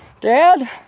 Dad